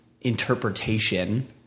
interpretation